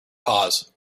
pause